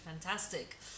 fantastic